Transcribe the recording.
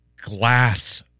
glass